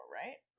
right